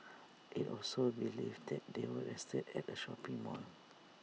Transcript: IT also believed that they were arrested at A shopping mall